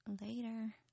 Later